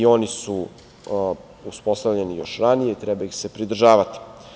Oni su uspostavljeni još ranije i treba ih se pridržavati.